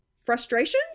frustrations